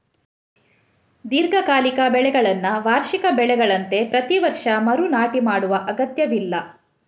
ದೀರ್ಘಕಾಲಿಕ ಬೆಳೆಗಳನ್ನ ವಾರ್ಷಿಕ ಬೆಳೆಗಳಂತೆ ಪ್ರತಿ ವರ್ಷ ಮರು ನಾಟಿ ಮಾಡುವ ಅಗತ್ಯವಿಲ್ಲ